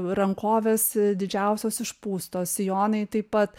rankovės didžiausios išpūstos sijonai taip pat